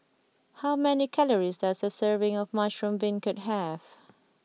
how many calories does a serving of Mushroom Beancurd have